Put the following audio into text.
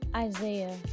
Isaiah